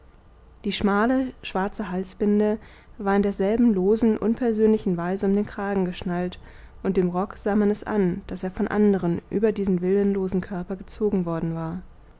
die schmale schwarze halsbinde war in derselben losen unpersönlichen weise um den kragen geschnallt und dem rock sah man es an daß er von anderen über diesen willenlosen körper gezogen worden war